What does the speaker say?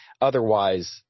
otherwise